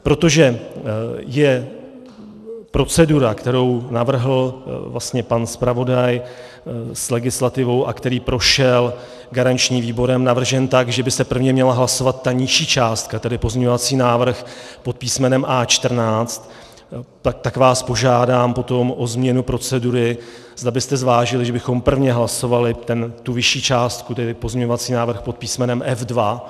Protože je procedura, kterou navrhl pan zpravodaj s legislativou a která prošla garančním výborem, navržena tak, že by se prvně měla hlasovat ta nižší částka, tedy pozměňovací návrh pod písmenem A14, tak vás požádám potom o změnu procedury, zda byste zvážili, že bychom prvně hlasovali tu vyšší částku, tedy pozměňovací návrh pod písmenem F2.